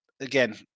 again